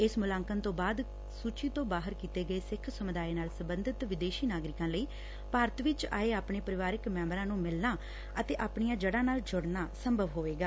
ਇਸ ਮੁਲਾਂਕਣ ਤੋਂ ਬਾਅਦ ਸੂਚੀ ਤੋਂ ਬਾਹਰ ਕੀਤੇ ਗਏ ਸਿੱਖ ਸਮੁਦਾਇ ਨਾਲ ਸਬੰਧਤ ਵਿਦੇਸੀ ਨਾਗਰਿਕਾਂ ਲਈ ਭਾਰਤ ਵਿਚ ਆ ਕੇ ੱਆਪਣੇ ਪਰਿਵਾਰਕ ਮੈਂਬਰਾਂ ਨੂੰ ਮਿਲਣਾ ਅਤੇ ਆਪਣੀਆਂ ਜਤਾਂ ਨਾਲ ਜੁੜਨਾ ਸੰਭਵ ਹੋਵੇਗਾ